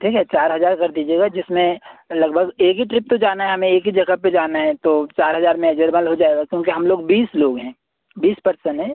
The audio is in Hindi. ठीक है चार हज़ार कर दीजिएगा जिसमें लगभग एक ही ट्रिप तो जाना है हमें एक ही जगह पर जाना है तो चार हज़ार में एजेबल हो जाएगा क्योंकि हम लोग बीस लोग हैं बीस पर्सन हैं